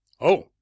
Oh